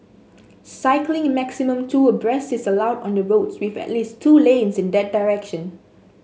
cycling maximum two abreast is allowed on the roads with at least two lanes in that direction